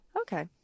Okay